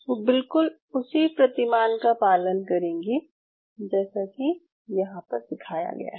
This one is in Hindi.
वो बिलकुल उसी प्रतिमान का पालन करेंगी जैसा कि यहाँ पर दिखाया गया है